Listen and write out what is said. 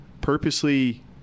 purposely